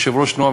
יושב-ראש תנועה,